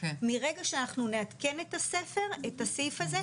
מרגע שאנחנו נעדכן את הסעיף הזה,